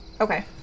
Okay